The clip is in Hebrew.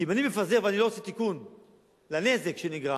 כי אם אני מפזר ואני לא עושה תיקון לנזק שנגרם